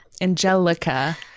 Angelica